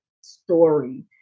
story